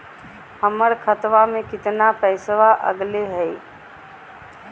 हमर खतवा में कितना पैसवा अगले हई?